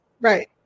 Right